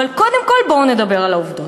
אבל קודם כול בואו נדבר על העובדות.